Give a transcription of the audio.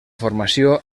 formació